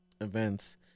events